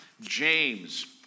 James